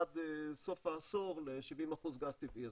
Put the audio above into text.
עד סוף העשור ל-70% גז טבעי.